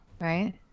Right